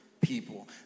people